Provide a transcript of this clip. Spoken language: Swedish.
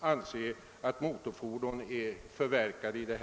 sådana här motorfordon förverkade?